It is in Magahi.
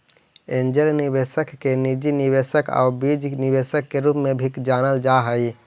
एंजेल निवेशक के निजी निवेशक आउ बीज निवेशक के रूप में भी जानल जा हइ